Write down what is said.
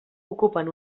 ocupen